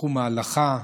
בתחום ההלכה,